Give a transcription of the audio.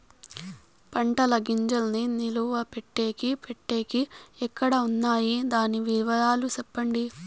పంటల గింజల్ని నిలువ పెట్టేకి పెట్టేకి ఎక్కడ వున్నాయి? దాని వివరాలు సెప్పండి?